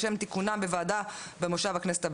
לשם תיקונם בוועדה במושב הכנסת הבא.